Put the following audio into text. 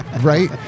right